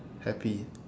happy